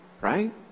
right